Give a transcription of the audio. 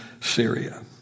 Syria